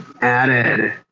added